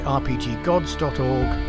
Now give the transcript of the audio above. rpggods.org